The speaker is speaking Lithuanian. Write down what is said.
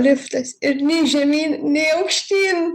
liftas ir nei žemyn nei aukštyn